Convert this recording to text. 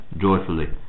joyfully